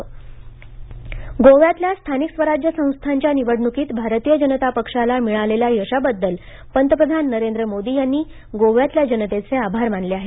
मोदी गोवा गोव्यातल्या स्थानिक स्वराज्य संस्थांच्या निवडणूकीत भारतीय जनता पक्षाला मिळालेल्या यशाबद्दल पंतप्रधान नरेंद्र मोदी यांनी गोव्यातल्या जनतेचे आभार मानले आहेत